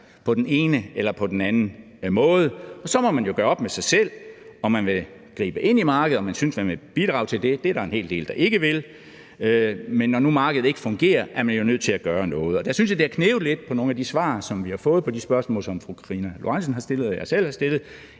på den ene eller den anden måde, og så må man jo gøre op med sig selv, om man vil gribe ind i markedet, om man synes, man vil bidrage til det. Det er der jo en hel del der ikke vil, men når nu markedet ikke fungerer, er man nødt til at gøre noget. Og der synes jeg, det har knebet lidt ifølge nogle af de svar, som vi har fået, på de spørgsmål, som fru Karina Lorentzen Dehnhardt og jeg selv har stillet.